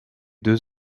deux